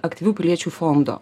aktyvių piliečių fondo